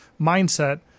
mindset